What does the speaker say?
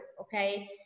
okay